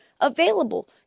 available